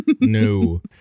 No